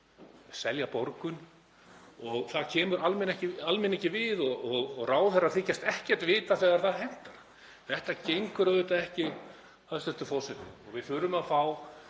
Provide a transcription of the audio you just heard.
selja Borgun og það komi almenningi ekki við og ráðherrar þykjast ekkert vita þegar það hentar. Þetta gengur auðvitað ekki, hæstv. forseti. Við þurfum að fá